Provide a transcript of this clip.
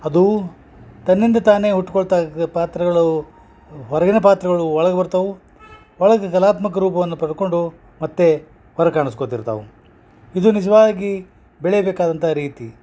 ಅದು ತನ್ನಿಂದ ತಾನೇ ಹುಟ್ಕೊಳ್ತಾಗ ಪಾತ್ರಗಳು ಹೊರಗಿನ ಪಾತ್ರಗಳು ಒಳಗ ಬರ್ತಾವು ಒಳಗೆ ಕಲಾತ್ಮಕ ರೂಪವನ್ನ ಪಡ್ಕೊಂಡು ಮತ್ತು ಹೊರ್ಗ ಕಾಣಸ್ಕೊತಿರ್ತಾವು ಇದು ನಿಜವಾಗಿ ಬೆಳೆಯಬೇಕಾದಂಥ ರೀತಿ